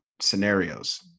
scenarios